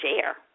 share